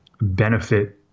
benefit